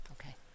Okay